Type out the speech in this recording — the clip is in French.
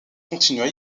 continuent